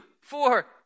four